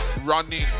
Running